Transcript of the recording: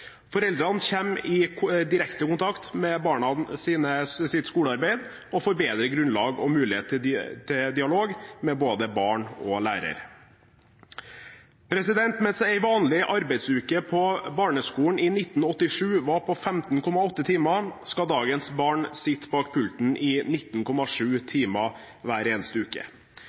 Foreldrene kommer i direkte kontakt med barnas skolearbeid og får bedre grunnlag og mulighet til dialog med både barn og lærer. Mens en vanlig arbeidsuke på barneskolen i 1987 var på 15,8 timer, skal dagens barn sitte bak pulten i 19,7